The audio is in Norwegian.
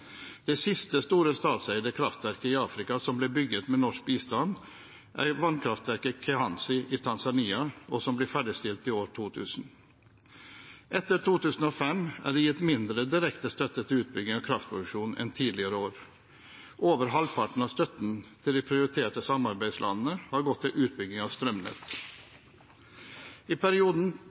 Det siste store statseide kraftverket i Afrika som ble bygget med norsk bistand, er vannkraftverket Kihansi i Tanzania, som ble ferdigstilt i år 2000. Etter 2005 er det gitt mindre direkte støtte til utbygging av kraftproduksjon enn tidligere år. Over halvparten av støtten til de prioriterte samarbeidslandene har gått til utbygging av strømnett. I perioden